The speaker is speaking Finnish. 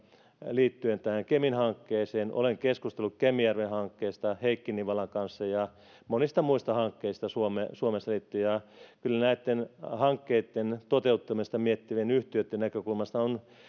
liittyen kemin hankkeeseen olen keskustellut kemijärven hankkeesta heikki nivalan kanssa ja monista muista hankkeista suomessa ja kyllä näitten hankkeitten toteuttamista miettivien yhtiöitten näkökulmasta on